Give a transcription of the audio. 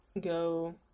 go